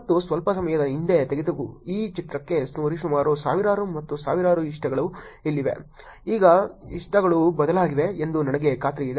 ಮತ್ತು ಸ್ವಲ್ಪ ಸಮಯದ ಹಿಂದೆ ತೆಗೆದ ಈ ಚಿತ್ರಕ್ಕೆ ಸುಮಾರು ಸಾವಿರಾರು ಮತ್ತು ಸಾವಿರಾರು ಇಷ್ಟಗಳು ಇವೆ ಈಗ ಇಷ್ಟಗಳು ಬದಲಾಗಿವೆ ಎಂದು ನನಗೆ ಖಾತ್ರಿಯಿದೆ